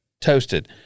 toasted